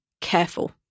careful